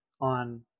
on